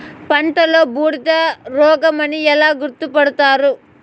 పంటలో బూడిద రోగమని ఎలా గుర్తుపడతారు?